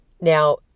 Now